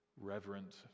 reverent